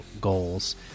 goals